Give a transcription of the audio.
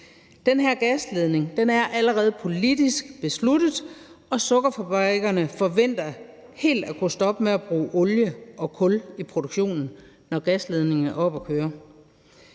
Den her gasledning er allerede politisk besluttet, og sukkerfabrikkerne forventer helt at kunne stoppe med at bruge olie og kul i produktionen, når gasledningen er oppe at køre.